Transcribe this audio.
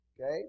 Okay